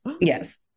yes